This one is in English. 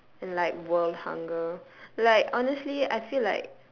and like world hunger like honestly I feel like